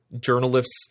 journalists